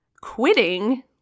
quitting